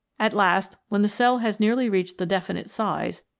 at last, when the cell has nearly reached the definite size,